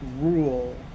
rule